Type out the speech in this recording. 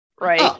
right